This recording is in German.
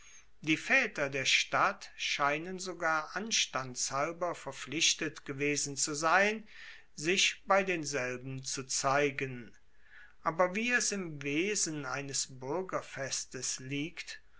die vaeter der stadt scheinen sogar anstandshalber verpflichtet gewesen zu sein sich bei denselben zu zeigen aber wie es im wesen eines buergerfestes liegt